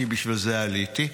בשביל זה עליתי.